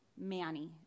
Manny